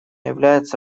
является